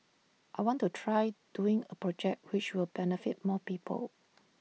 I want to try doing A project which will benefit more people